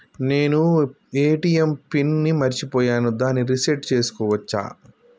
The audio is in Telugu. నేను ఏ.టి.ఎం పిన్ ని మరచిపోయాను దాన్ని రీ సెట్ చేసుకోవచ్చా?